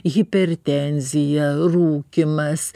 hipertenzija rūkymas